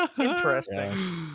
Interesting